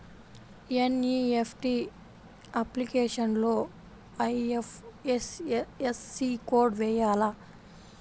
NEFT అప్లికేషన్లో IFSC code వేయాలా?